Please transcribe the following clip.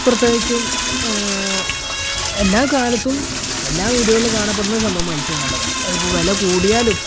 പ്രത്യേകിച്ചും എല്ലാകാലത്തും എല്ലാ വീടുകളിലും കാണപ്പെടുന്നൊരു സംഭവമാണ് മത്സ്യമെന്നുള്ളത് അതിപ്പോള് വില കൂടിയാലും